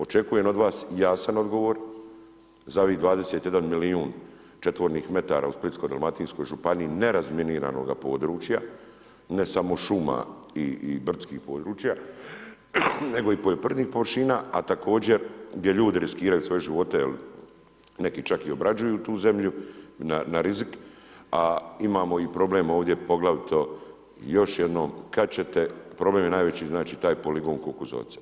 Očekujem od vas jasan odgovor, za ovih 21 milijun četvornih metara u Splitsko dalmatinskoj županiji nerazminiranog područja, ne samo šuma i brdskih područja, nego i poljoprivrednih površina, a također gdje ljudi riskiraju svoje živote, jer neki čak i obrađuju tu zemlju na rizik, a imamo i problem ovdje, poglavito još jednom, kada ćete, problem je najveći znači taj poligon Kukuzovac.